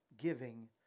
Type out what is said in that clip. giving